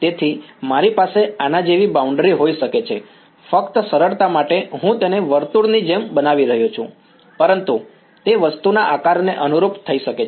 તેથી મારી પાસે આના જેવી બાઉન્ડ્રી હોઈ શકે છે ફક્ત સરળતા માટે હું તેને વર્તુળની જેમ બતાવી રહ્યો છું પરંતુ તે વસ્તુના આકારને અનુરૂપ થઈ શકે છે